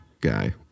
guy